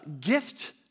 gift